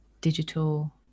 digital